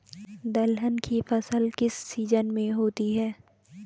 दलहन की फसल किस सीजन में होती है?